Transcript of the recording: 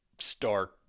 stark